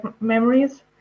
memories